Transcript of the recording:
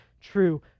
true